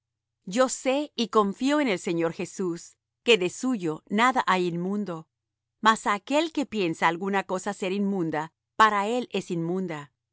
yo sé y confío en el señor jesús que de suyo nada hay inmundo mas á aquel que piensa alguna cosa ser inmunda para él es inmunda